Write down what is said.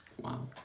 Wow